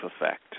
effect